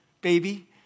baby